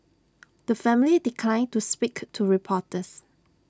the family declined to speak to reporters